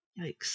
Yikes